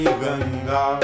ganga